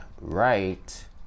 right